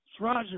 Roger